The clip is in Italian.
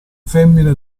femmine